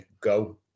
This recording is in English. go